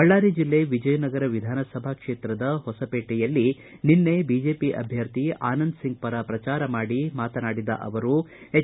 ಬಳ್ಳಾರಿ ಜಿಲ್ಲೆ ವಿಜಯನಗರ ವಿಧಾನ ಸಭಾ ಕ್ಷೇತ್ರದ ಹೊಸಪೇಟೆಯಲ್ಲಿ ನಿನ್ನೆ ಬಿಜೆಪಿ ಅಭ್ಯರ್ಥಿ ಆನಂದ್ ಸಿಂಗ್ ಪರ ಪ್ರಜಾರ ಮಾಡಿ ಮಾತನಾಡಿದ ಅವರು ಎಚ್